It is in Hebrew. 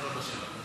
אני מקווה.